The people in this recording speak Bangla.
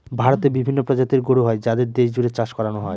ভারতে বিভিন্ন প্রজাতির গরু হয় যাদের দেশ জুড়ে চাষ করানো হয়